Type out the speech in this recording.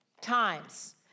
times